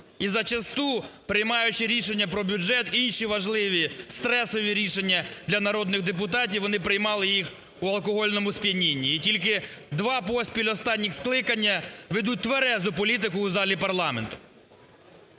і зачасту, приймаючи рішення про бюджет, інші важливі стресові рішення для народних депутатів, вони приймали їх у алкогольному сп'янінні. І тільки два поспіль останніх скликання ведуть тверезу політику у залі парламенту.